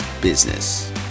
business